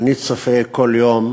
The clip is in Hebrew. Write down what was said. אני צופה כל יום